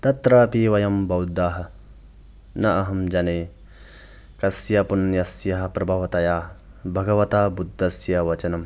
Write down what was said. तत्र अपि वयं बौद्धाः न अहं जाने कस्य पुण्यस्य प्रभावतया भगवतः बुद्धस्य वचनं